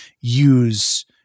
use